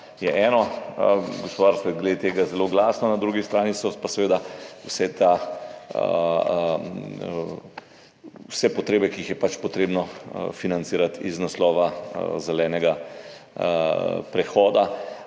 je eno. Gospodarstvo je glede tega zelo glasno, na drugi strani so pa seveda vse potrebe, ki jih je pač treba financirati iz naslova zelenega prehoda.